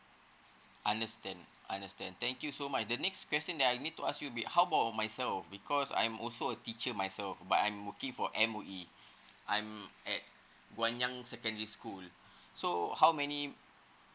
understand understand thank you so much the next question that I need to ask you would be how about myself because I'm also a teacher myself but I'm working for M_O_E I'm at guangyang secondary school so how many paternity